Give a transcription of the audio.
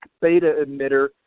beta-emitter